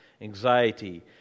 anxiety